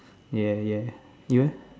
ya ya you eh